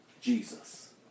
Jesus